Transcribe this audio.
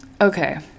Okay